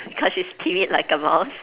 because she's timid like a mouse